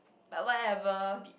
but whatever